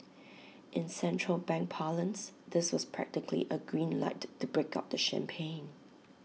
in central bank parlance this was practically A green light to break out the champagne